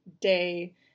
day